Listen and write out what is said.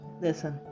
listen